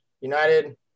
United